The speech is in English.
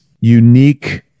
unique